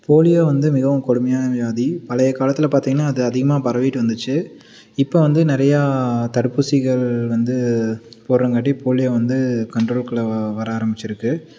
polio வந்து மிகவும் கொடுமையான வியாதி பழைய காலத்தில் பார்த்திங்கன்னா அது அதிகமாக பரவிட்டு வந்துச்சு இப்போ வந்து நிறையா தடுப்பூசிகள் வந்து போடுறங்காட்டி போலியோ வந்து கண்ட்ரோல்க்குள்ளே வ வர ஆரம்பிச்சிருக்குது